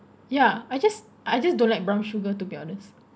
yeah I just I just don't like brown sugar to be honest